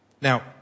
Now